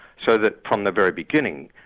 so that from the very beginning,